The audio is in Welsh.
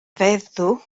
feddw